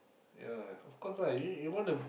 ya of course lah you you want to